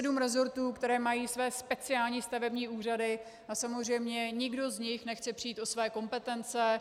Je sedm rezortů, které mají své speciální stavební úřady, a samozřejmě nikdo z nich nechce přijít o své kompetence.